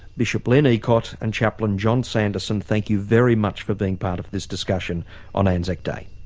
bishop len eacott and chaplain john sanderson, thank you very much for being part of this discussion on anzac day.